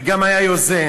וגם היה יוזם,